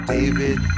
David